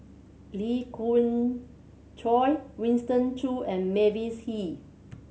Lee Khoon Choy Winston Choos and Mavis Hee